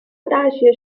大学